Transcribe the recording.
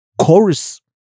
Chorus